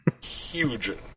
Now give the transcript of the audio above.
Huge